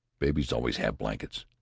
babies always have blankets.